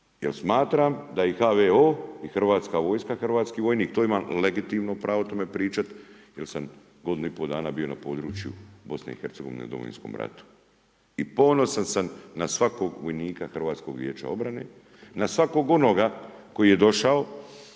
smatram da i HVO i Hrvatska vojska hrvatski vojnik. To imam legitimno pravo o tome pričati jer sam godinu i pol dana bio na području Bosne i Hercegovine u Domovinskom ratu i ponosan sam na svakog vojnika Hrvatskog vijeća obrane, na svakog onoga koji je došao